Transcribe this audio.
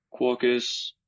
Quarkus